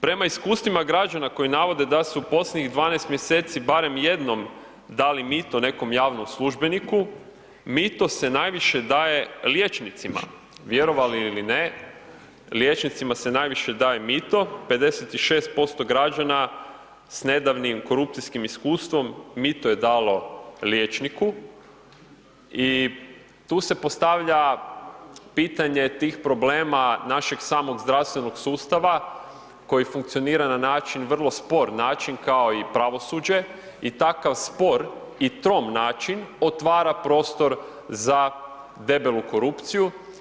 Prema iskustvima građana koji navode da su posljednjih 12 mjeseci barem jednom dali mito nekom javnom službeniku, mito se najviše daje liječnicima, vjerovali ili ne, liječnicima se daje mito, 56% građana s nedavnim korupcijskim iskustvom, mito je dalo liječniku i tu se postavlja pitanje tih problema našeg samog zdravstvenog sustava koji funkcionira na način, vrlo spor način kao i pravosuđe i takav spor i trom način otvara prostor za debelu korupciju.